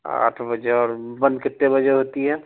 آٹھ بجے اور بند کتنے بجے ہوتی ہے